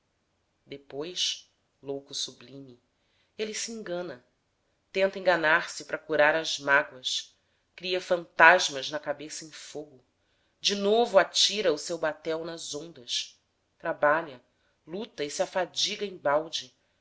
depois louco sublime ele se engana tenta enganar-se pra curar as mágoas cria fantasmas na cabeça em fogo de novo atira o seu batel nas ondas trabalha luta e se afadiga embalde